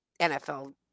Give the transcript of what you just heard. NFL